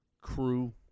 crew